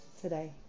today